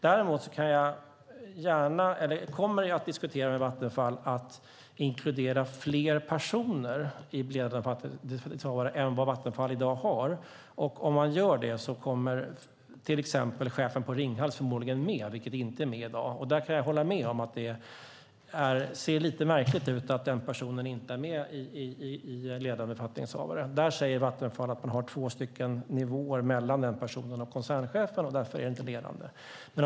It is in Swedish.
Däremot kommer jag att diskutera med Vattenfall att inkludera fler personer i gruppen ledande befattningshavare än vad Vattenfall i dag har. Om man gör det kommer till exempel chefen på Ringhals förmodligen med, vilket inte är med i dag. Där kan jag hålla med om att det ser lite märkligt ut att den personen inte är ledande befattningshavare. Där säger Vattenfall att man har två nivåer mellan den personen och koncernchefen, och därför är det inte ledande.